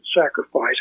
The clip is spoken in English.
sacrifice